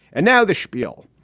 and now the spiel.